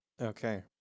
Okay